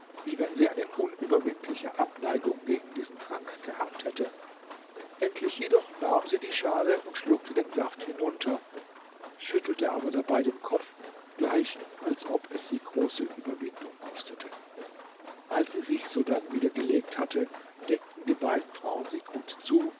wie wenn sie eine unüberwindliche abneigung gegen diesen trank gehabt hätte endlich jedoch nahm sie die schale und schluckte den saft hinunter schüttelte aber dabei den kopf gleich als ob es sie große überwindung kostete als sie sich sodann wieder gelegt hatte deckten die beiden frauen sie gut zu